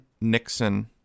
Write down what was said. Nixon